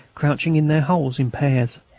crouching in their holes in pairs.